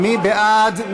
מאיר פרוש,